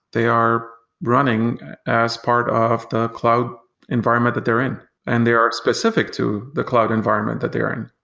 they are running as part of the cloud environment that they're in and they are specific to the cloud environment that they're in.